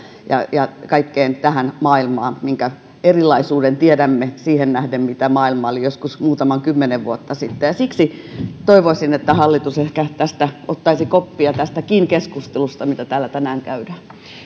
ja kaikkeen tähän maailmaan minkä erilaisuuden tiedämme siihen nähden mitä maailma oli joskus muutama kymmenen vuotta sitten ja siksi toivoisin että hallitus ehkä ottaisi koppia tästäkin keskustelusta mitä täällä tänään käydään